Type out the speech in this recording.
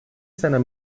seiner